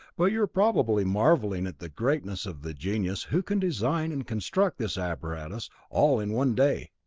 but you are probably marvelling at the greatness of the genius who can design and construct this apparatus all in one day.